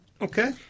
Okay